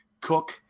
Cook